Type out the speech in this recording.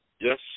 Yes